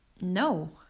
no